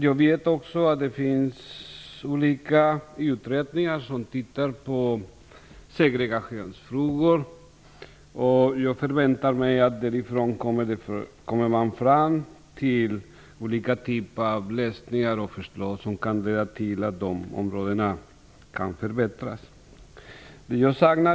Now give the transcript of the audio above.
Jag vet att olika utredningar tittar på segregationsfrågor, och jag förväntar mig att de kommer fram till olika lösningar och förslag som kan leda till en förbättring i områdena i fråga.